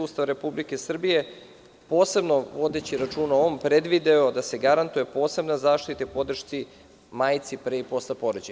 Ustava Republike Srbije, posebno vodeći računa o ovom predvideo da se garantuje posebna zaštita u podršci majci pre i posle porođaja.